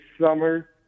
summer